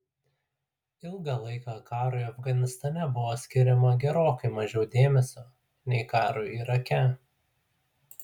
ilgą laiką karui afganistane buvo skiriama gerokai mažiau dėmesio nei karui irake